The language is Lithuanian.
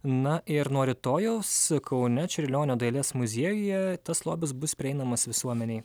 na ir nuo rytojaus kaune čiurlionio dailės muziejuje tas lobis bus prieinamas visuomenei